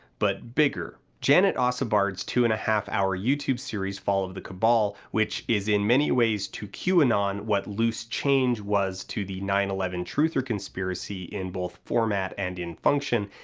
but bigger. janet ossebaard's two and a half hour youtube series fall of the cabal, which is in many ways to qanon what loose change was to the nine eleven truther conspiracy in both format and in function,